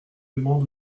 demande